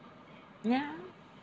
ya